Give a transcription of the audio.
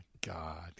God